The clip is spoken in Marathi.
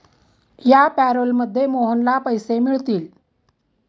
या पॅरोलमध्ये मोहनला पैसे मिळतील